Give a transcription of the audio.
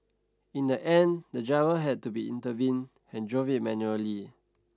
in the end the driver had to be intervene and drove it manually